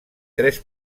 tres